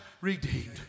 redeemed